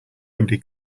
nobody